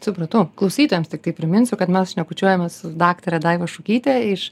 supratau klausytojams tiktai priminsiu kad mes šnekučiuojamės su daktare daiva šukyte iš